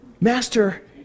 Master